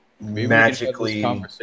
magically